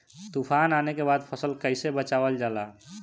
तुफान आने के बाद फसल कैसे बचावल जाला?